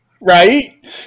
Right